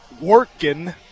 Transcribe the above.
working